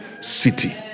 city